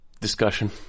discussion